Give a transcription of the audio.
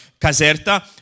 Caserta